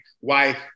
wife